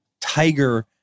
Tiger